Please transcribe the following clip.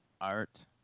Art